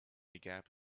gap